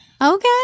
Okay